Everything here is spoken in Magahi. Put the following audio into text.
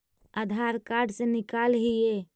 आधार कार्ड से निकाल हिऐ?